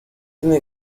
tiene